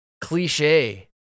cliche